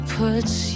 puts